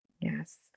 Yes